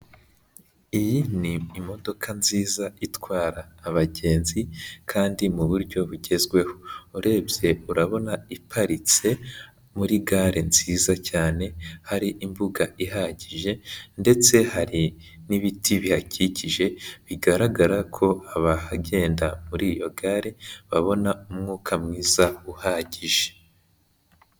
Iyi ni imodoka nziza itwara abagenzi kandi mu buryo bugezweho. Urebye urabona iparitse muri gare nziza cyane, hari imbuga ihagije ndetse hari n'ibiti bihakikije, bigaragara ko abahagenda muri iyo gare babona umwuka mwiza uhagije.